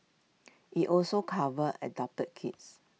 IT also covers adopted kids